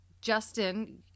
Justin